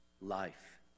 life